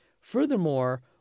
Furthermore